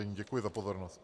Děkuji za pozornost.